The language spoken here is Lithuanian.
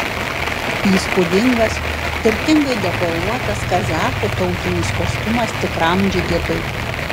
įspūdingas turtingai dekoruotas kazachų tautinis kostiumas tikram džigitui